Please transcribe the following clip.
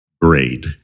grade